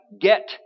get